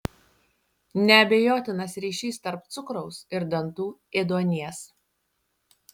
neabejotinas ryšys tarp cukraus ir dantų ėduonies